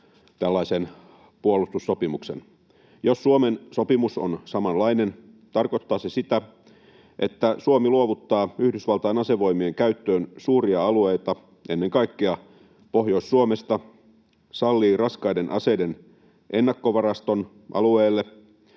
tällaisen puolustussopimuksen. Jos Suomen sopimus on samanlainen, tarkoittaa se sitä, että Suomi luovuttaa Yhdysvaltain asevoimien käyttöön suuria alueita ennen kaikkea Pohjois-Suomesta, sallii raskaiden aseiden ennakkovaraston alueelle